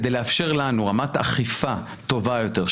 כדי לאפשר לנו רמת אכיפה טובה יותר,